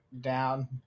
down